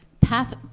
pass